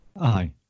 Aye